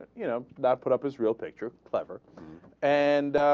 you know dot put up israel picture clever and